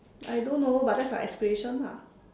I don't know but that's my aspiration ah